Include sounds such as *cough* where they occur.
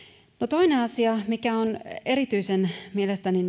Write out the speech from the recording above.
toinen asia mikä on mielestäni *unintelligible*